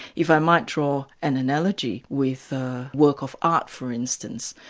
if i might draw an analogy with a work of art for instance.